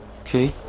Okay